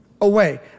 away